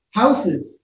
houses